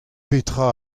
petra